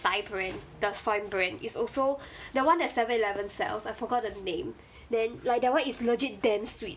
thai brand the soy brand is also that one that Seven-Eleven sells I forgot the name then like that [one] is legit damn sweet